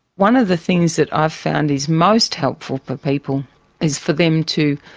one of the things that i've found is most helpful for people is for them to,